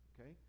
okay